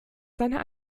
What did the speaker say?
seine